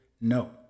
No